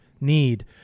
need